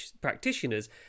practitioners